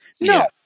No